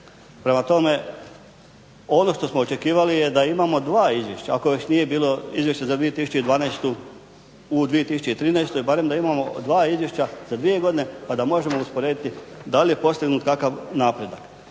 Prema tome, ono što smo očekivali je da imamo dva izvješća, ako već nije bilo Izvješće za 2012. u 2013. barem da imamo dva izvješća za dvije godine pa da možemo usporediti da li je postignut kakav napredak.